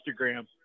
Instagram